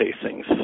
casings